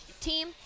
team